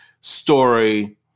story